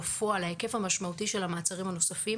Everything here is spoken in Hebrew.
בפועל ההיקף המשמעותי של המעצרים הנוספים